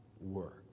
work